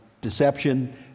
deception